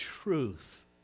truth